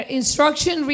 instruction